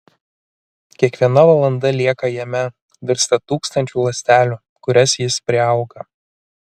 kiekviena valanda lieka jame virsta tūkstančiu ląstelių kurias jis priauga